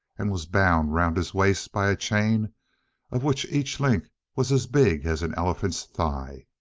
and was bound round his waist by a chain of which each link was as big as an elephant's thigh.